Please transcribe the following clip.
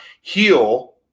heal